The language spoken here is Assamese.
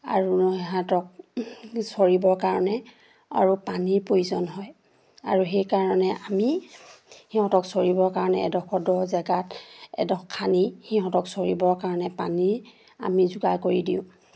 আৰু সিহঁতক চৰিবৰ কাৰণে আৰু পানীৰ প্ৰয়োজন হয় আৰু সেইকাৰণে আমি সিহঁতক চৰিবৰ কাৰণে এডোখৰ দ জেগাত এডোখৰ খান্দি সিহঁতক চৰিবৰ কাৰণে পানী আমি যোগাৰ কৰি দিওঁ